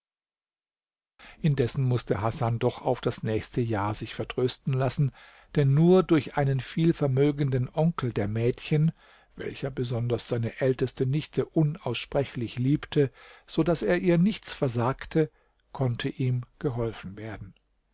indessen mußte hasan doch auf das nächste jahr sich vertrösten lassen denn nur durch einen vielvermögenden onkel der mädchen welcher besonders seine älteste nichte unaussprechlich liebte so daß er ihr nichts versagte konnte ihm geholfen werden